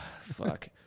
Fuck